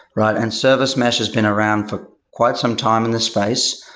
but and service mesh has been around for quite some time in this space,